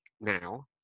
now